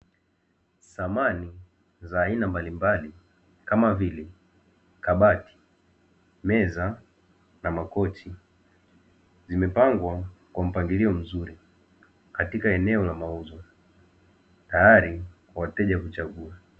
Samani za aina mbalimbali kama vile; kabati, meza na makochi zimepangwa kwa mpangilio mzuri katika eneo la mauzo tayali wateja kuchagua.